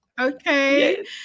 Okay